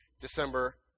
December